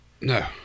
No